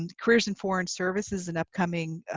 and careers in foreign service is an upcoming